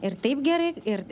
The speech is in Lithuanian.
ir taip gerai ir